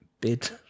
bid